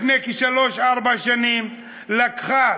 לפני כשלוש-ארבע שנים לקחה,